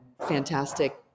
fantastic